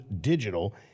Digital